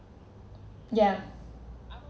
yeah